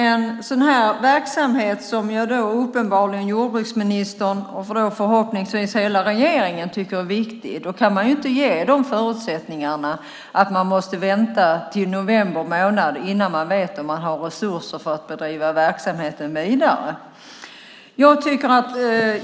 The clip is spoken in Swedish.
En sådan här verksamhet som uppenbarligen jordbruksministern, och förhoppningsvis hela regeringen, tycker är viktig kan inte ges förutsättningarna att den måste vänta till november månad innan den vet om den har resurser att driva verksamheten vidare.